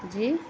جی